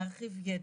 להרחיב ידע,